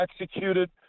executed